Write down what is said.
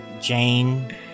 Jane